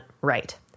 right